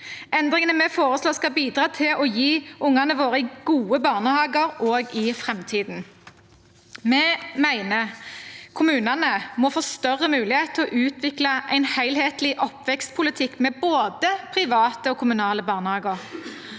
Endringene vi foreslår, skal bidra til å gi ungene våre gode barnehager også i framtiden. Vi mener kommunene må få større mulighet til å utvikle en helhetlig oppvekstpolitikk med både private og kommunale barnehager.